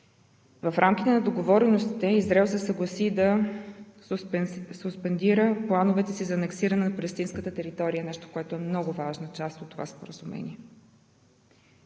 В рамките на договореностите Израел се съгласи да суспендира плановете си за анексиране на палестинската територия – нещо, което е много важна част от това споразумение.